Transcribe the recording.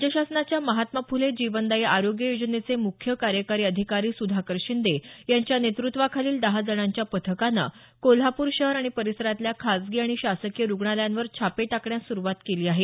राज्य शासनाच्या महात्मा फुले जीवनदायी आरोग्य योजनेचे मुख्य कार्यकारी अधिकारी सुधाकर शिंदे यांच्या नेतृत्वाखालील दहा जणांच्या पथकानं कोल्हापूर शहर आणि परिसरातल्या खासगी आणि शासकीय रुग्णालयांवर छापे टाकण्यास सुरुवात केली आहे